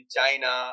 China